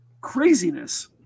craziness